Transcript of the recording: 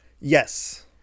Yes